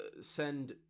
send